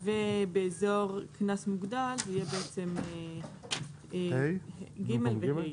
באזור קנס מוגדל זה יהיה ג' ו-ה'.